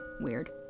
weird